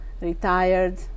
retired